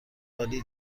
عالی